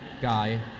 guy.